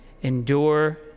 endure